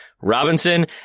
Robinson